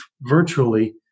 virtually